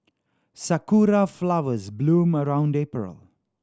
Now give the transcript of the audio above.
sakura flowers bloom around April